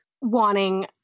wanting